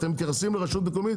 רשות מקומית